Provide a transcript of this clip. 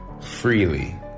freely